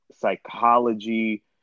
psychology